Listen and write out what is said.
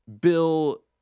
Bill